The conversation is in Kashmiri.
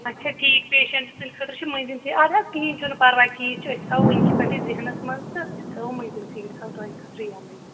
اچھا ٹھیٖک پیشَنٛٹ سٕنٛدِ خٲطرٕ چھِ مٕنٛزِم سیٖٹ اَد حظ کِہیٖنۍ چھُنہٕ پَرواے ٹھیٖک چھُ أسۍ تھاوو وٕنۍ کہِ پٮ۪ٹھٕے ذٮ۪ہنَس منٛز تہٕ أسۍ تھاوو تھاوو مٕنٛزِم سیٖٹ تۄہہِ خٲطرٕ یلٕے